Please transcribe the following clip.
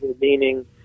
meaning